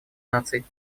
наций